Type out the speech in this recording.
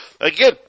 Again